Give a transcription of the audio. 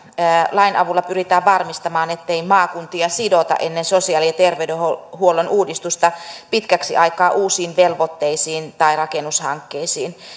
lain avulla pyritään varmistamaan ettei maakuntia sidota ennen sosiaali ja terveydenhuollon uudistusta pitkäksi aikaa uusiin velvoitteisiin tai rakennushankkeisiin